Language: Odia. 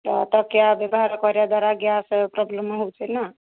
ଉଚ୍ଚା ତକିଆ ବ୍ୟବହାର କରିବା ଦ୍ୱାରା ଗ୍ୟାସ୍ ପ୍ରୋବଲେମ୍ ହେଉଚି ନା